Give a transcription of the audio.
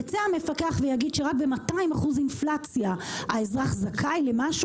יצא המפקח ויגיד: רק ב-200% אינפלציה האזרח זכאי למשהו